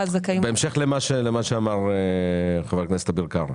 בהמשך למה שאמר חבר הכנסת אביר קארה.